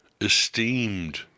esteemed